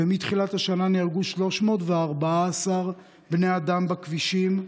מתחילת השנה נהרגו 314 בני אדם בכבישים,